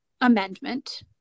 amendment